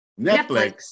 Netflix